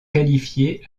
qualifiées